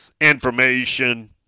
information